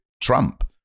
Trump